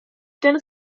ten